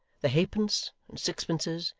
the halfpence, and sixpences,